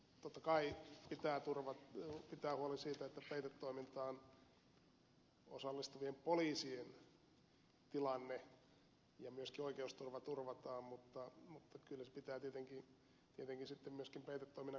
totta kai pitää pitää huoli siitä että peitetoimintaan osallistuvien poliisien tilanne ja myöskin oikeusturva turvataan mutta kyllä pitää tietenkin myöskin peitetoiminnan kohteitten oikeusturva turvata